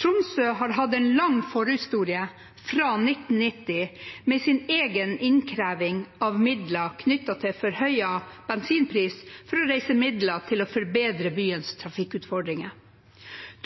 Tromsø har hatt en lang forhistorie fra 1990 med sin egen innkreving av midler knyttet til forhøyet bensinpris for å reise midler til å forbedre byens trafikkutfordringer.